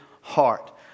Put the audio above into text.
heart